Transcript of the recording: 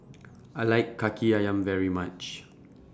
I like Kaki Ayam very much